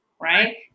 right